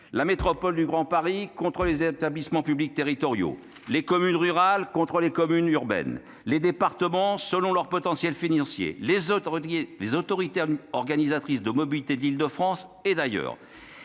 la métropole du Grand Paris contre les établissements publics territoriaux, les communes rurales contre les communes urbaines, les départements selon leur potentiel financier, les autorités organisatrices de mobilités d'Île-de-France contre celles